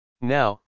Now